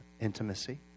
intimacy